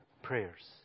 prayers